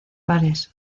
bares